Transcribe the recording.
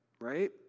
Right